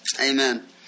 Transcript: amen